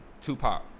Tupac